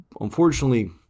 Unfortunately